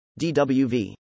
DWV